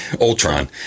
Ultron